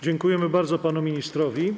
Dziękuję bardzo panu ministrowi.